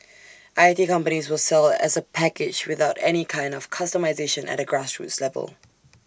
I T companies will sell as A package without any kind of customisation at A grassroots level